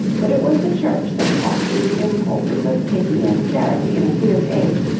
but it was the church that fostered the impulses of pity and charity in a fierce age,